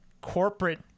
corporate